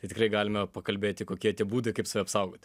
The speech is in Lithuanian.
tai tikrai galime pakalbėti kokie tie būdai kaip savo apsaugoti